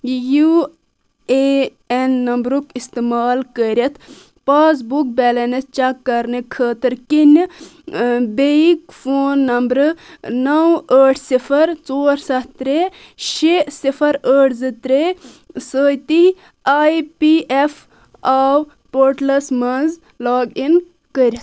U A N نَمبرُک اِستعمال کٔرِتھ پاس بُک بیلَنٕس چیٚک کَرنہٕ خٲطر کِنہٕ ٲں بیٚیہِ فون نَمبرٕ نَو ٲٹھ صِفَر ژور سَتھ ترےٚ شےٚ صِفَر ٲٹھ زٕ ترٛےٚ سۭتۍ آے پی ایٚف او پورٹلَس منٛز لاگ اِن کٔرِتھ